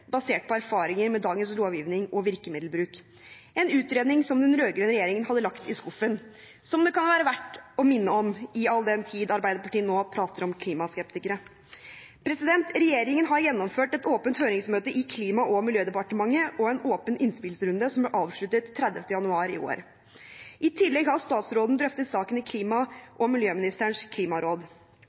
basert på erfaringer med dagens lovgivning og virkemiddelbruk, en utredning som den rød-grønne regjeringen hadde lagt i skuffen, noe det kan være verdt å minne om, all den tid Arbeiderpartiet nå prater om klimaskeptikere. Regjeringen har gjennomført et åpent høringsmøte i Klima- og miljødepartementet og en åpen innspillsrunde som ble avsluttet 30. januar i år. I tillegg har statsråden drøftet saken i klima- og miljøministerens klimaråd.